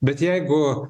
bet jeigu